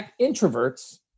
introverts